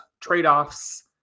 trade-offs